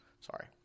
Sorry